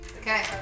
Okay